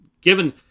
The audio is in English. given